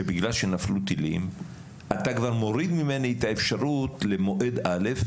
שבגלל שנפלו טילים אתה כבר מוריד ממני את האפשרות למועד א',